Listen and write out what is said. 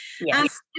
Yes